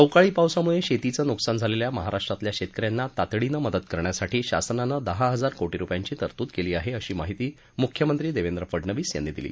अवकाळी पावसामुळे शेतीचं नुकसान झालेल्या महाराष्ट्रातल्या शेतकऱ्यांना तातडीनं मदत करण्यासाठी शासनानं दहा हजार कोटी रुपयांची तरतुद केली आहे अशी माहिती मुख्यमंत्री देवेंद्र फडणवीस यांनी दिली